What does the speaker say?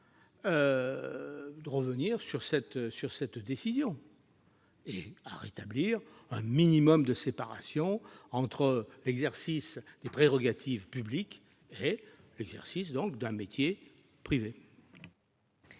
d'État- c'est dire !- et à rétablir un minimum de séparation entre l'exercice des prérogatives publiques et l'exercice d'un métier privé.